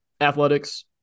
athletics